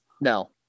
No